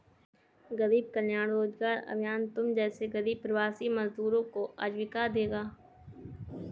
गरीब कल्याण रोजगार अभियान तुम जैसे गरीब प्रवासी मजदूरों को आजीविका देगा